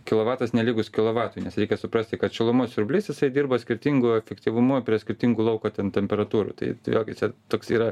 kilovatas nelygus kilovatui nes reikia suprasti kad šilumos siurblys jisai dirba skirtingu efektyvumu prie skirtingų lauko ten temperatūrų tai jog toks yra